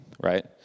right